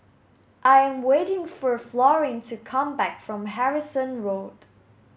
I am waiting for Florine to come back from Harrison Road